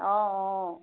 অঁ অঁ